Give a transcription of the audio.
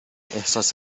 احساس